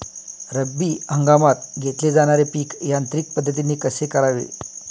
रब्बी हंगामात घेतले जाणारे पीक यांत्रिक पद्धतीने कसे करावे?